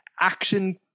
action